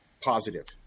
positive